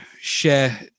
share